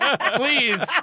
please